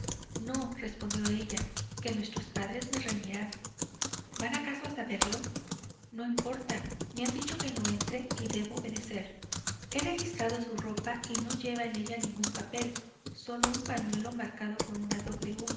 no respondió ella que nuestros padres me reñirán van acaso a saberlo no importa me han dicho que no entre y debo obedecer he registrado su ropa y no lleva en ella ningún papel solo un pañuelo marcado con una w